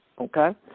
Okay